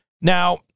Now